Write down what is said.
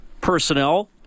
personnel